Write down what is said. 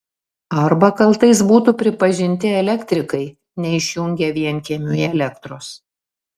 arba kaltais būtų pripažinti elektrikai neišjungę vienkiemiui elektros